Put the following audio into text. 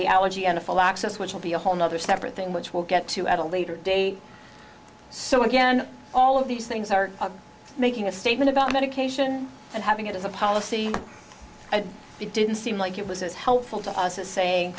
the allergy and a full access which will be a whole nother separate thing which will get to at a later date so again all of these things are making a statement about medication and having it as a policy and she didn't seem like it was as helpful to us as saying